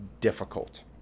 difficult